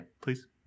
please